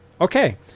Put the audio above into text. okay